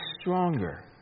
stronger